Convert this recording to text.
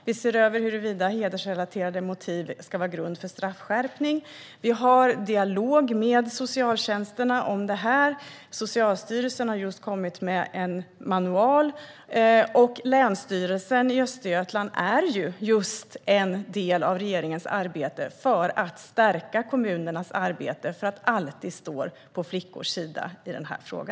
Vi ser över huruvida hedersrelaterade motiv ska vara grund för straffskärpning. Vi har dialog med socialtjänsterna om detta. Socialstyrelsen har just kommit med en manual, och Länsstyrelsen i Östergötlands län är en del av regeringens arbete för att stärka kommunernas arbete för att alltid stå på flickors sida i denna fråga.